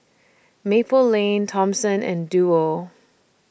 Maple Lane Thomson and Duo